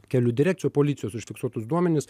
kelių direkciją o policijos užfiksuotus duomenis